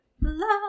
love